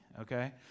okay